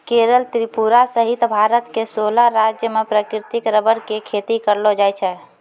केरल त्रिपुरा सहित भारत के सोलह राज्य मॅ प्राकृतिक रबर के खेती करलो जाय छै